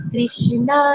Krishna